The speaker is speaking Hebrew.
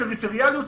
הפריפריאליות,